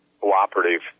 cooperative